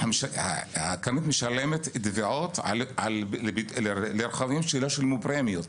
קרנית משלמת תביעות לרכבים שלא שילמו פרמיות.